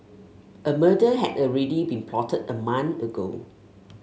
a murder had already been plotted a month ago